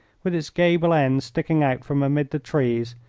with its gable end sticking out from amid the trees,